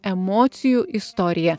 emocijų istorija